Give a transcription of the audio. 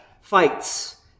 fights